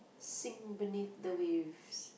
sink beneath the waves